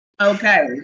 Okay